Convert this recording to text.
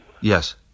Yes